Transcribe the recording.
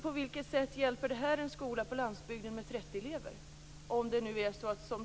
På vilket sätt hjälper det en skola på landsbygden med 30 elever?